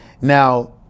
Now